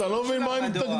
אני לא מבין מה הם מתנגדים.